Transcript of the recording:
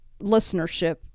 listenership